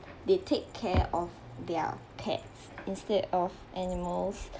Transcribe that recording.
they take care of their pets instead of animals